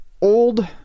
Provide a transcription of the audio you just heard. old